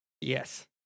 Yes